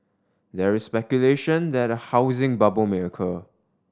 there is speculation that a housing bubble may occur